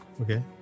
Okay